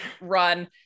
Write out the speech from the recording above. run